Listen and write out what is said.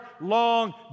long